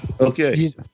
Okay